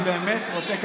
אני באמת רוצה,